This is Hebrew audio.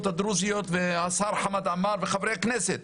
הדרוזיות והשר חמד עמאר וחברי הכנסת.